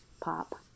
Pop